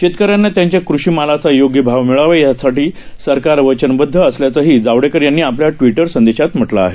शेतकऱ्यांनात्यांच्याकृषीमालाचायोग्यभावमिळावायासाठीसरकारवचनबद्धअसल्याचंहीजावडेकरयांनीआप ल्याट्विटरसंदेशातम्हटलंआहे